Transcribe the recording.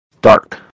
dark